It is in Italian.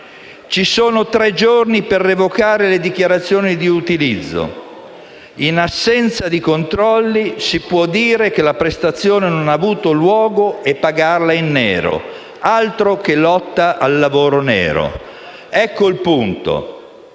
ci sono tre giorni per revocare la dichiarazione di utilizzo, ma in assenza di controlli si può dire che la prestazione non ha avuto luogo e pagarla in nero. Altro che lotta al lavoro nero. Questo è il punto.